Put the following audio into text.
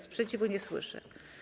Sprzeciwu nie słyszę.